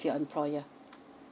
your employer